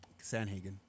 Sanhagen